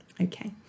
Okay